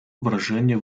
wrażenie